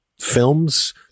films